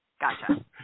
Gotcha